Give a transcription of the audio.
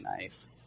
nice